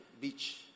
beach